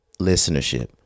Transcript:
Listenership